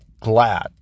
glad